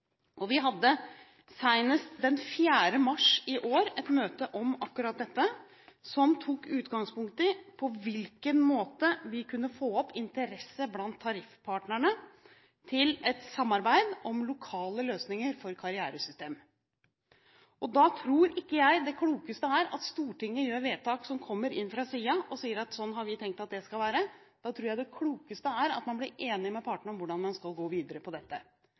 karriereveier. Vi hadde senest den 4. mars i år et møte om akkurat dette, som tok utgangspunkt i på hvilken måte vi kunne få opp interessen blant tariffpartnerne for et samarbeid om lokale løsninger for karrieresystem. Da tror ikke jeg det klokeste er at Stortinget gjør vedtak som kommer inn fra siden og sier: Slik har vi tenkt at det skal være. Da tror jeg det klokeste er at man blir enig med partene om hvordan man skal gå videre på dette.